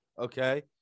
okay